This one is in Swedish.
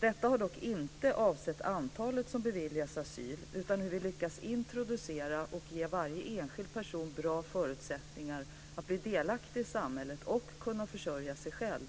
Detta har dock inte avsett antalet som beviljas asyl utan hur vi lyckas introducera och ge varje enskild person bra förutsättningar att bli delaktig i samhället och försörja sig själv.